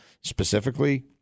specifically